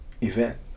event